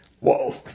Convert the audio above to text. whoa